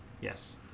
Yes